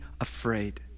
afraid